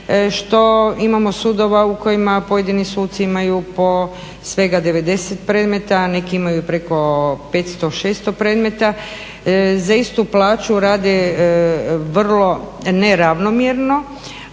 imamo sudova u kojima pojedini suci imaju po svega 90predmeta, a neki imaju preko 500, 600 predmeta, za istu plaću rade vrlo neravnomjerno,